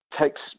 takes